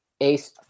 Ace